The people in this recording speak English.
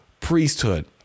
priesthood